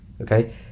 okay